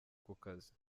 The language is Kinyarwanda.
kukazi